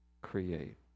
create